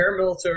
paramilitary